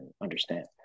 understand